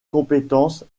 compétence